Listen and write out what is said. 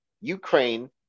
ukraine